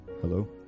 Hello